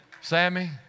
Sammy